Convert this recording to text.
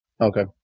okay